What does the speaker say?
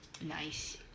Nice